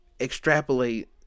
extrapolate